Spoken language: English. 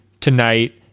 tonight